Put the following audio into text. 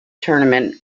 tournament